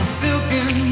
silken